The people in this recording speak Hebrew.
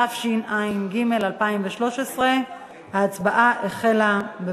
התשע"ג 2013. ההצבעה החלה.